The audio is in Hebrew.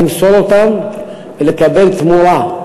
למסור אותם ולקבל תמורה.